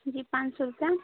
जी पाँच सौ रुपये